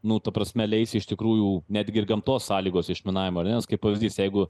nu ta prasme leis iš tikrųjų netgi ir gamtos sąlygos išminavimo ar ne nes kaip pavyzdys jeigu